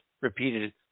repeated